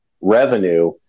revenue